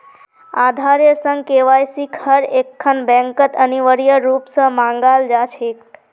आधारेर संग केवाईसिक हर एकखन बैंकत अनिवार्य रूप स मांगाल जा छेक